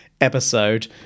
episode